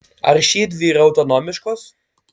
ar šiedvi yra autonomiškos